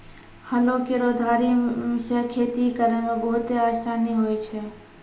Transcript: हलो केरो धारी सें खेती करै म बहुते आसानी होय छै?